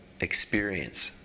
experience